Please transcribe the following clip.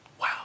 Wow